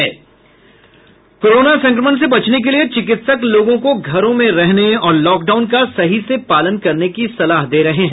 corona संक्रमण से बचने के लिए चिकित्सक लोगों को घरों में रहने और लॉकडाउन का सही से पालन करने की सलाह दे रहे हैं